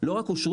לא רק אושרו,